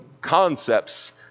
concepts